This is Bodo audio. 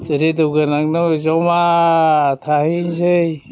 जों रेदिय' गोनांजों ओरै जमा थाहैनोसै